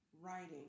writing